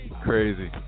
Crazy